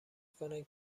کنند